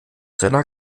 seiner